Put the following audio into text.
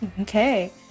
Okay